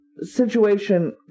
situation